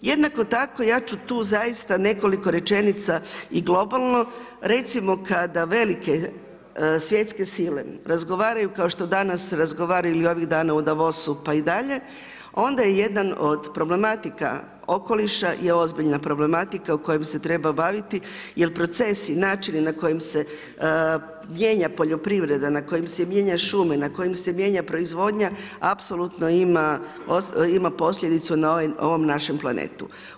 Jednako tako ja ću tu zaista nekoliko rečenica i globalno, recimo kada velike svjetske sile razgovaraju kao što danas razgovaraju ili ovih dana u Davosu pa i dalje, onda je jedan od problematika okoliša je ozbiljna problematika o kojoj se treba baviti jel procesi i načini na koji se mijenja poljoprivreda, na kojem se mijenja šume, na kojem se mijenja proizvodnja apsolutno ima posljedicu na ovom našem planetu.